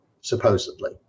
supposedly